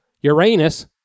Uranus